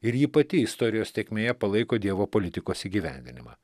ir ji pati istorijos tėkmėje palaiko dievo politikos įgyvendinimą